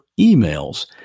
emails